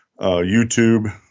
YouTube